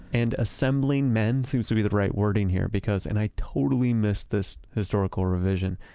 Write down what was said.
and assembling men seems to be the right word in here, because, and i totally missed this historical revision,